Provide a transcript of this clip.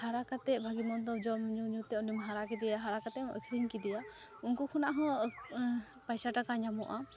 ᱦᱟᱨᱟ ᱠᱟᱛᱮᱫ ᱵᱷᱟᱜᱮᱼᱢᱚᱱᱫᱚ ᱡᱚᱢ ᱧᱩᱧᱩᱛᱮ ᱩᱱᱤᱢ ᱦᱟᱨᱟ ᱠᱮᱫᱮᱭᱟ ᱦᱟᱨᱟ ᱠᱟᱛᱮᱫᱮᱢ ᱟᱹᱠᱷᱨᱤᱧ ᱠᱮᱫᱮᱭᱟ ᱩᱱᱠᱩ ᱠᱷᱚᱱᱟᱜ ᱦᱚᱸ ᱯᱟᱭᱥᱟᱼᱴᱟᱠᱟ ᱧᱟᱢᱚᱜᱼᱟ